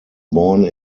born